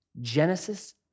Genesis